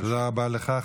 תודה רבה לך.